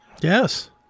Yes